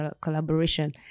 collaboration